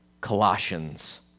Colossians